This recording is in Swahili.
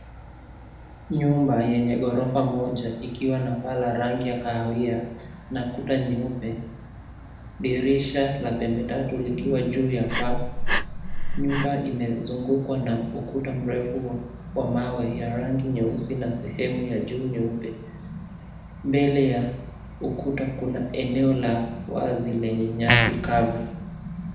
Nyumba yenye ghorofa moja ikiwa na paa la rangi ya kahawia na kuta nyeupe ,dirisha la pembe tatu likiwa juu ya paa. Nyumba imezungukwa na ukuta mrefu wa mawe ya rangi nyeusi na sehemu ya juu nyeupe. Mbele ya ukuta kuna eneo la wazi lenye nyasi kavu.